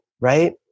right